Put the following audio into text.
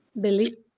Billy